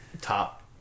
Top